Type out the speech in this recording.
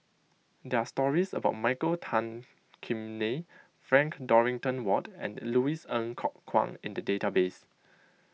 there're stories of Michael Tan Kim Nei Frank Dorrington Ward and Louis Ng Kok Kwang in the database